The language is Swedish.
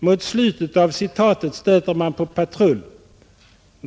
Mot slutet av citatet stöter man på patrull.